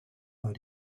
war